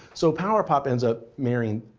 so power pop ends up marrying,